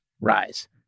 rise